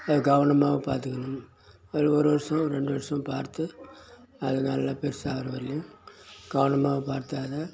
அது கவனமாக பார்த்துக்கணும் அதை ஒரு வருஷம் ரெண்டு வருஷம் பார்த்து அது நல்லா பெருசாகிற வர்யும் கவனமாக பார்த்து அதை